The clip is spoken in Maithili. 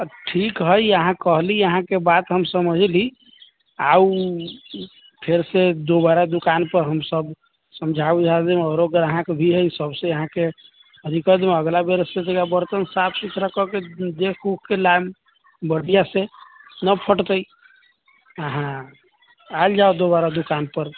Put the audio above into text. ठीक हइ अहाँ कहली अहाँकेँ बात हम समझली आउ फेर से दोबारा दुकान पर हमसभ समझा ओमझा देब आओरो ग्राहक भी हइ सभसे अहाँकेँ अभी कह देलौ अगिला बेर से बरतन साफ सुथरा कऽ के देख ओखके लाइम बढ़िआँ से नहि फटतै अहाँ आयल जाउ दोबारा दोकान पर